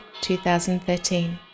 2013